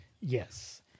Yes